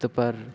त पर